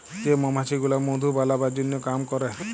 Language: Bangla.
যে মমাছি গুলা মধু বালাবার জনহ কাম ক্যরে